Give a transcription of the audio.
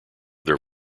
their